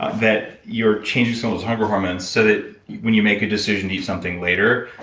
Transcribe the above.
that you're changing some of those hardware hormones, so that when you make a decision to eat something later,